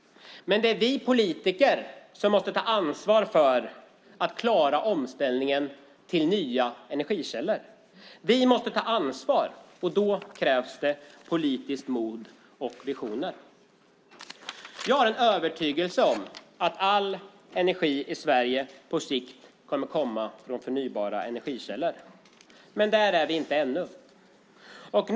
Men det är vi politiker som måste ta ansvar för att omställningen till nya energikällor klaras. Vi måste ta ansvar, och då krävs det politiskt mod och visioner. Jag är övertygad om att all energi i Sverige på sikt kommer från förnybara energikällor, men där är vi ännu inte.